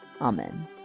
amen